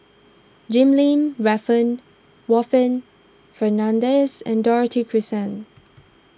Jim Lim Warren Fernandez and Dorothy Krishnan